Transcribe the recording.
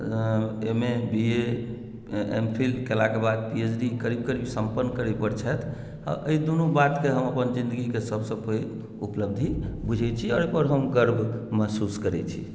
M A B A M Phil केलाके बाद PhD करीब करीब सम्पन्न पर छथि आ एहि दुनू बातकेँ हम अपन जिन्दगीके सभसँ पैघ उपलब्धि बुझै छी आओर हम गर्व महसूस करै छी